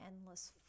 endless